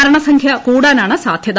മരണസംഖ്യ കൂടാനാണ് സാധ്യത